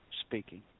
speaking